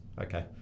okay